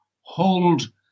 hold